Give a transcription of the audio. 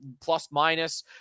plus-minus